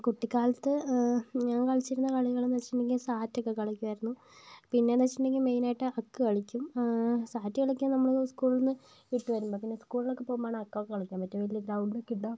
കുട്ടിക്കാലത്ത് ഞാൻ കളിച്ചിരുന്ന കളികൾ എന്ന് വെച്ചിട്ടുണ്ടെങ്കിൽ സാറ്റ് ഒക്കെ കളിക്കുമായിരുന്നു പിന്നേന്ന് വെച്ചിട്ടുണ്ടെങ്കിൽ മെയിൻ ആയിട്ട് അക്ക് കളിക്കും സാറ്റ് കളിക്കാൻ നമ്മള് സ്കൂളിൽ നിന്ന് വിട്ട് വരുമ്പോൾ തന്നെ സ്കൂളിലൊക്കെ പോകുമ്പോളാണ് അക്ക് ഒക്കെ കളിക്കാൻ പറ്റും വലിയ ഗ്രൗണ്ട് ഒക്കെ ഉണ്ടാകും